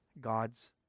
God's